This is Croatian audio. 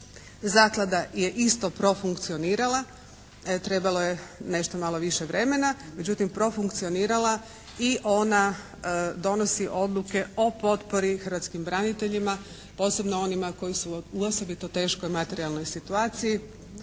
Zaklada je isto profunkcionirala. Trebalo je nešto malo više vremena. Međutim profunkcionirala i ona donosi odluke o potpori hrvatskim braniteljima posebno onima koji su u osobito teškoj materijalnoj situaciji